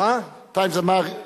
המלך דוד.